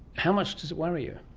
how much does it worry you?